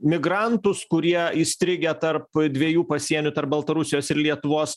migrantus kurie įstrigę tarp dviejų pasienių tarp baltarusijos ir lietuvos